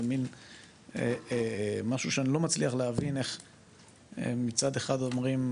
זה מן משהו שאני לא מצליח להבין איך מצד אחד אומרים,